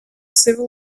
civil